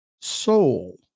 soul